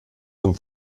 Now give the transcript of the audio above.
zum